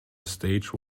stage